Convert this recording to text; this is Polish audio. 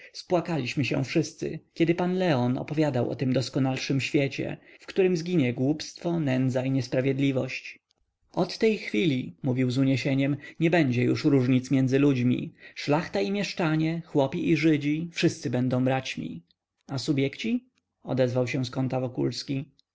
spłakaliśmy się wszyscy kiedy pan leon opowiadał o tym doskonalszym świecie w którym zginie głupstwo nędza i niesprawiedliwość od tej chwili mówił z uniesieniem nie będzie już różnic między ludźmi szlachta i mieszczanie chłopi i żydzi wszyscy będą braćmi a subjekci odezwał się z kąta wokulski